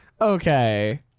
Okay